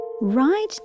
right